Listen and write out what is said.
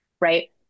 right